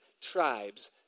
tribes